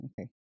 Okay